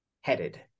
headed